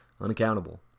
unaccountable